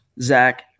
Zach